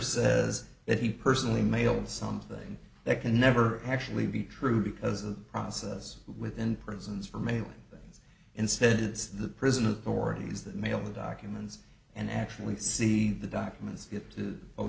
says that he personally mailed something that can never actually be true because of process within prisons for mailing things instead it's the prison authorities that mail the documents and actually see the documents